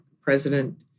president